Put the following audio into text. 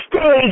stage